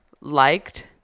liked